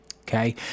Okay